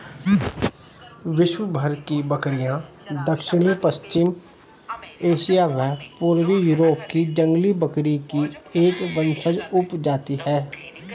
विश्वभर की बकरियाँ दक्षिण पश्चिमी एशिया व पूर्वी यूरोप की जंगली बकरी की एक वंशज उपजाति है